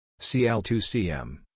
CL2CM